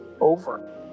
over